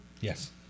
Yes